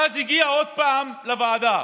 ואז הגיע עוד פעם לוועדה,